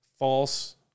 False